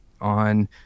on